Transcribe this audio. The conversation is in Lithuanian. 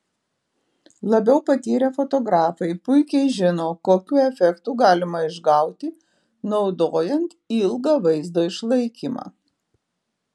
labiau patyrę fotografai puikiai žino kokių efektų galima išgauti naudojant ilgą vaizdo išlaikymą